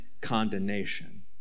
condemnation